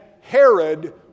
Herod